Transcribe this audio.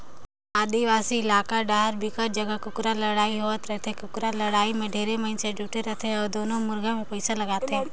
आदिवासी इलाका डाहर बिकट जघा कुकरा लड़ई होवत रहिथे, कुकरा लड़ाई में ढेरे मइनसे जुटे रथे अउ दूनों मुरगा मे पइसा लगाथे